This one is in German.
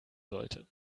sollte